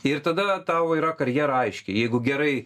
ir tada tau yra karjera aiški jeigu gerai